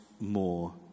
more